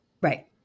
Right